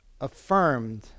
affirmed